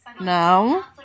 No